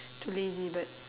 too lazy but